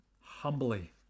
humbly